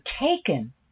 taken